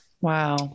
Wow